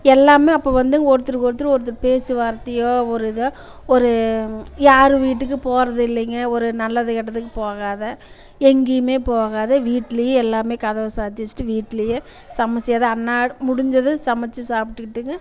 எல்லாமே அப்போ வந்து ஒருத்தருக்கு ஒருத்தர் ஒருத்தர் பேச்சு வார்த்தையோ ஒரு இதோ ஒரு யார் வீட்டுக்கு போகறதில்லைங்க ஒரு நல்லது கெட்டதுக்கு போகாத எங்கேயுமே போகாத வீட்லையே எல்லாமே கதவை சாற்றி வச்சிட்டு வீட்லையே சமைச்சி எதா என்னா முடிஞ்சது சமைச்சு சாப்பிடுகிட்டு